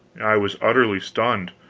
i was utterly stunned